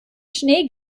schnee